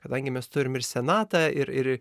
kadangi mes turim ir senatą ir ir